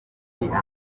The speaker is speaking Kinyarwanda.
anganya